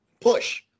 push